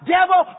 Devil